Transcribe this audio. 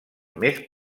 més